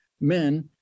men